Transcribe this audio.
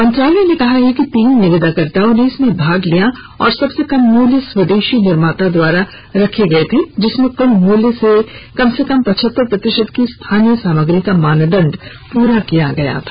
मंत्रालय ने कहा है कि तीन निविदाकर्ताओं ने इसमें भाग लिया और सबसे कम मूल्य स्वदेशी निर्माता द्वारा रखे गए थे जिसमें कुल मूल्य के कम से कम पचहत्तर प्रतिशत की स्थानीय सामग्री का मानदंड पूरा किया गया था